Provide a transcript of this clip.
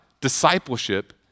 discipleship